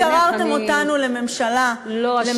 אתם גררתם אותנו לממשלה,